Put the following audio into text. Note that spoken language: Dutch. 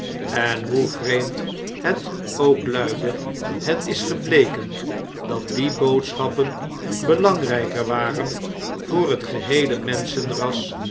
en hoe vreemd het ook luide het is gebleken dat die boodschappen belangrn'ker waren voor het geheele